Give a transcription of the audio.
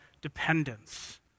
dependence